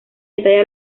detalla